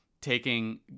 taking